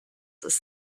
ist